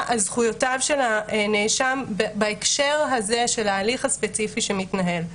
על זכויותיו של הנאשם בהקשר הזה של ההליך הספציפי שמתנהל.